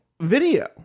video